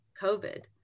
covid